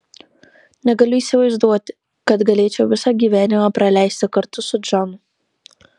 negaliu įsivaizduoti kad galėčiau visą gyvenimą praleisti kartu su džonu